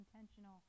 intentional